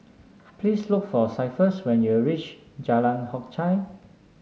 please look for Cephus when you reach Jalan Hock Chye